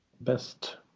best